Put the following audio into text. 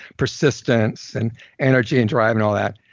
persistence, and energy and drive and all that,